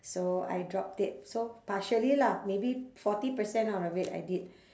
so I dropped it so partially lah maybe forty percent out of it I did